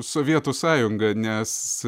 sovietų sąjunga nes